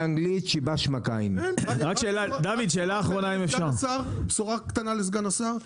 שבוע הבא איך אומרים באנגלית -- בשורה טובה לסגן השר,